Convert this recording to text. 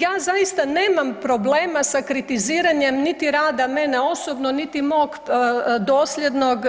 Ja zaista nemam problema sa kritiziranje niti rada mene osobno, niti mog dosljednog